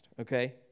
okay